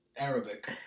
Arabic